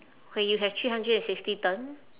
where you have three hundred and sixty turn